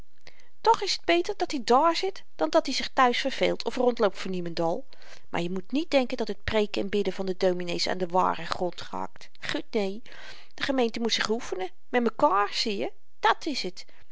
toch is t beter dat-i dààr zit dan dat-i zich thuis verveelt of rondloopt voor niemendal maar je moet niet denken dat het preeken en bidden van de dominees aan den waren grond raakt gut né de gemeente moet zich oefenen met mekaar zieje dàt is het